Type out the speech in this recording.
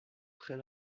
très